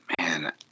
man